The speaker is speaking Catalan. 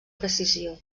precisió